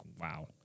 wow